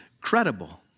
credible